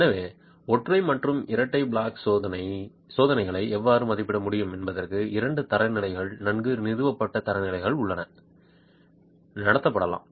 எனவே ஒற்றை மற்றும் இரட்டை பிளாட் ஜாக் சோதனைகளை எவ்வாறு மதிப்பிட முடியும் என்பதற்கு இரண்டு தரநிலைகள் நன்கு நிறுவப்பட்ட தரநிலைகள் உள்ளன நடத்தப்படலாம்